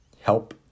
help